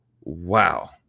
Wow